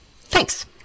thanks